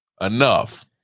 Enough